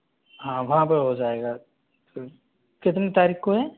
हाँ वहाँ पे हो जाएगा कितनी तारीख को है